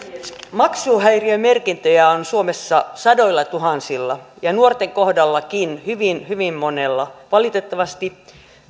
maksuhäiriömerkintöjä on suomessa sadoillatuhansilla ja nuorten kohdallakin hyvin hyvin monella valitettavasti